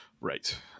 Right